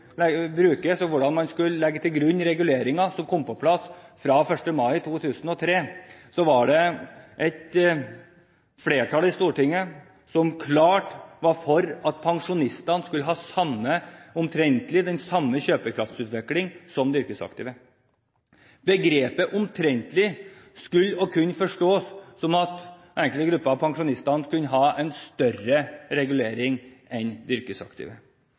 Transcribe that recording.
og hvordan man skulle legge til grunn reguleringer som kom på plass fra 1. mai 2003, var det et flertall i Stortinget som klart var for at pensjonistene skulle ha omtrentlig den samme kjøpekraftsutvikling som de yrkesaktive. Begrepet «omtrentlig» skulle og kunne forstås som at enkelte grupper pensjonister kunne ha en større regulering enn de yrkesaktive.